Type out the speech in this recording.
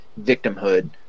victimhood